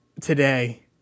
today